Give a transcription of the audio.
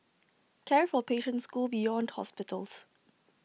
care for patients go beyond hospitals